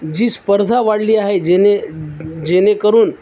जी स्पर्धा वाढली आहे जेणे जेणेकरून